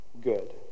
good